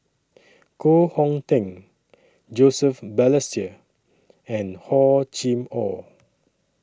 Koh Hong Teng Joseph Balestier and Hor Chim Or